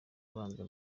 ubanza